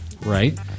right